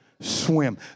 swim